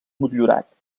motllurat